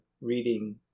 reading